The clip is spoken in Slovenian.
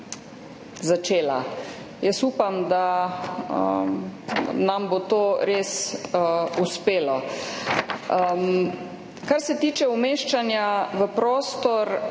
začela. Upam, da nam bo to res uspelo. Kar se tiče umeščanja v prostor,